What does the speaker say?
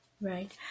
Right